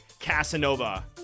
Casanova